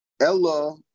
Ella